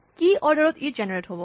কি অৰ্ডাৰ ত ই জেনেৰেট হ'ব